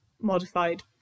modified